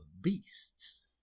beasts